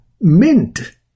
MINT